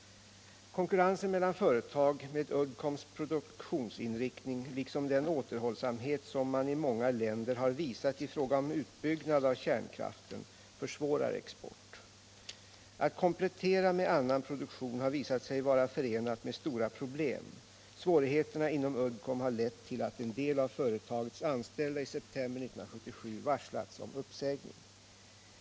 Konkurrensen mellan företag med Uddcombs produktionsinriktning liksom den återhållsamhet som man i många länder har visat i fråga om utbyggnad av kärnkraften försvårar export. Att komplettera med annan produktion har visat sig vara förenat med stora problem. Svårigheterna inom Uddcomb har lett till att en del av företagets anställda i september 1977 varslats om uppsägning.